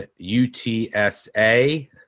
UTSA